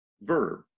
verb